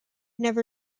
never